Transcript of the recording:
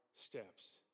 steps